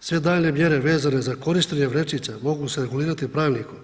Sve daljnje mjere vezane za korištenje vrećica, mogu se regulirati pravilnikom.